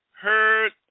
heard